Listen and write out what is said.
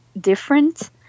different